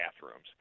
bathrooms